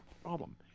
problem